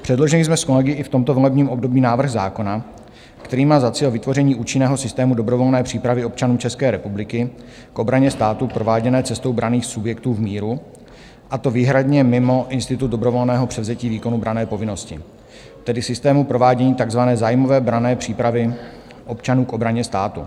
Předložili jsme s kolegy i v tomto volebním období návrh zákona, který má za cíl vytvoření účinného systému dobrovolné přípravy občanů České republiky k obraně státu prováděné cestou branných subjektů v míru, a to výhradně mimo institut dobrovolného převzetí výkonu branné povinnosti, tedy systému provádění takzvané zájmové branné přípravy občanů k obraně státu.